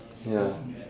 ya